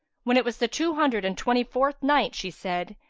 when it was the two hundred and twenty-fourth night, she said,